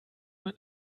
man